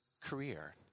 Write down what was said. career